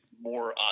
more